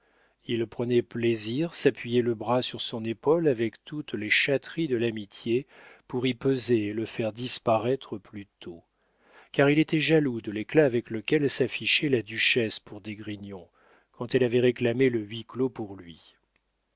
il prenait plaisir à s'appuyer le bras sur son épaule avec toutes les chatteries de l'amitié pour y peser et le faire disparaître plus tôt car il était jaloux de l'éclat avec lequel s'affichait la duchesse pour d'esgrignon quand elle avait réclamé le huis-clos pour lui